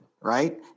right